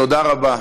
תודה רבה.